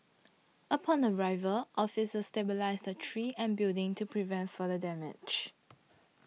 upon arrival officers stabilised the tree and building to prevent further damage